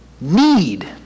need